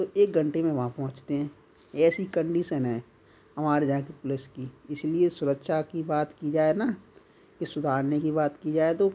एक घंटे में वहाँ पहुँचते हैं ऐसी कंडीशन है हमारे यहाँ के पुलिस की इसीलिए सुरक्षा की बात की जाए ना इसे सुधारने की बात की जाए तो